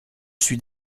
suis